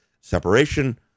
separation